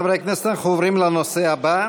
חברי הכנסת, אנחנו עוברים לנושא הבא,